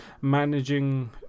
managing